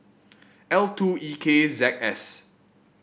L two E K Z S